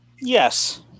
Yes